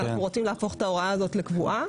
אנחנו רוצים להפוך את ההוראה הזאת לקבועה.